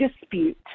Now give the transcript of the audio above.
dispute